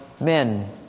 men